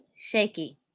shaky